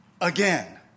again